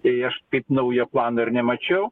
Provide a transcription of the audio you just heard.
tai aš kaip naujo plano ir nemačiau